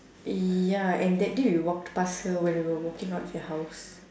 ya and that day we walked past her when we were walking out of your house